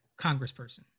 congressperson